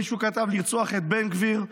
מישהו כתב: לרצוח את בן גביר,